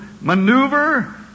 maneuver